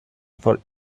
for